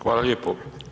Hvala lijepo.